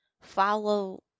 follow